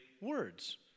words